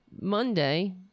Monday